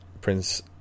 Prince